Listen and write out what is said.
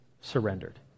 Surrendered